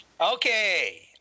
Okay